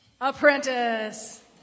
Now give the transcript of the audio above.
Apprentice